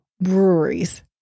breweries